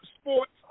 sports